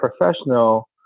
professional